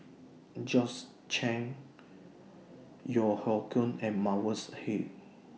Georgette Chen Yeo Hoe Koon and Mavis Hee